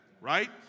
Right